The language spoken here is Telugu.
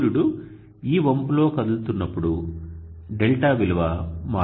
సూర్యుడు ఈ వంపులో కదులుతున్నప్పుడు δ విలువ మారుతూ ఉంటుంది